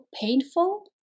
painful